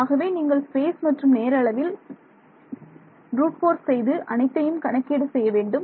ஆகவே நீங்கள் ஸ்பேஸ் மற்றும் நேர அளவில் ப்ரூட் போர்ஸ் செய்து அனைத்தையும் கணக்கீடு செய்ய வேண்டும்